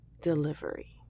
delivery